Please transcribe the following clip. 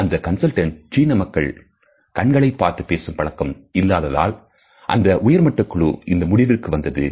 அந்த கன்சல்டன்ட் சீன மக்கள் கண்களைப் பார்த்துப் பேசும் பழக்கம் இல்லாததால் அந்த உயர்மட்ட குழு இந்த முடிவிற்கு வந்தது